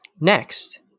Next